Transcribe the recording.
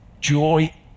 joy